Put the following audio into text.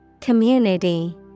Community